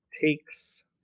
Takes